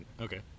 okay